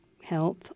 health